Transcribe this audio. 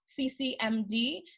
ccmd